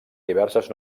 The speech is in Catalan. diverses